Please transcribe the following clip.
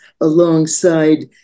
alongside